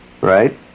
Right